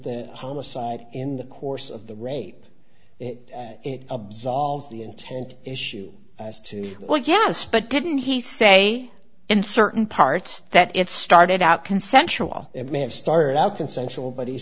the homicide in the course of the rape it absolves the intent issue as to what gas but didn't he say in certain parts that it started out consensual it may have started out consensual but he